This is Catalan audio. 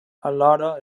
alhora